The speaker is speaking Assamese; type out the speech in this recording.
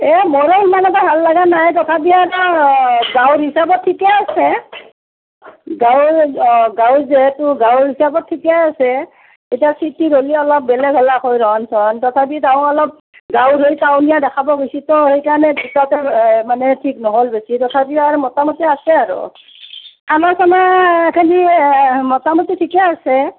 এই মোৰো সিমান এটা ভাল লগা নাই তথাপিও মানে গাঁৱৰ হিচাপত ঠিকেই আছে গাঁৱৰ অঁ গাঁৱৰ যিহেতু গাঁৱৰ হিচাপত ঠিকেই আছে এতিয়া চিটিত হ'লি অলপ বেলেগ হলাক হয় ৰহন চহন তথাপি তাও অলপ গাঁৱৰ হৈ টাউনিয়া দেখাব গৈছিতো সেইকাৰণে দুইটাতে মানে ঠিক নহ'ল বেছি তথাপিও আৰু মোটামুটি আছে আৰু খানা চানাখিনিৰে মোটামুটি ঠিকেই আছে